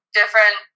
different